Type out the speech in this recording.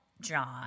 John